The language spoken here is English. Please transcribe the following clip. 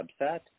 subset